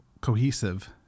cohesive